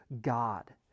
God